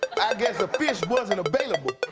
guess a fish wasn't available.